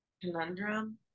conundrum